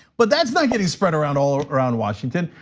but that's not getting spread around all around washington.